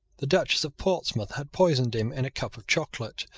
the duchess of portsmouth had poisoned him in a cup of chocolate.